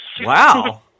Wow